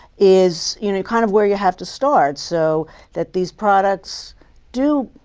is you know kind of where you have to start. so that these products do